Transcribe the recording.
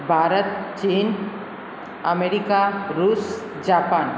भारत चीन अमेरिका रूस जापान